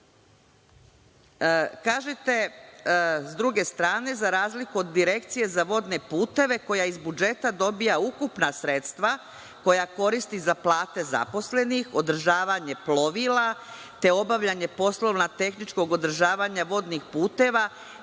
sa druge strane – za razliku od Direkcije za vodne puteve koja iz budžeta dobija ukupna sredstva koja koristi za plate zaposlenih, održavanje plovila, te obavljanje poslova tehničkog održavanja vodnih puteva,